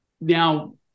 Now